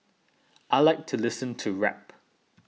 I like to listening to rap